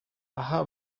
aha